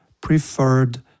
preferred